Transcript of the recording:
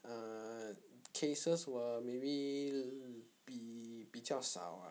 err cases were maybe be 比较少 ah